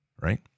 right